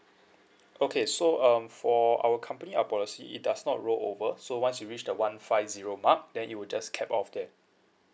okay so um for our company our policy it does not roll over so once you reach the one five zero mark then it will just cap all of that